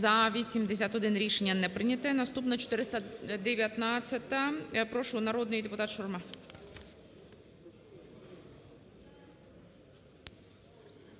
За-81 Рішення не прийнято. Наступна – 419-а. Прошу, народний депутатШурма.